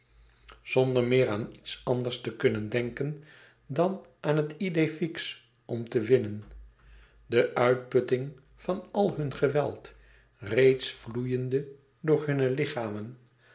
zonder meer aan iets anders te kunnen denken dan aan het idéé fixe om te winnen de uitputting van al hun geweld reeds vloeiende door hunne lichamen